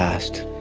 asked.